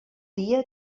dia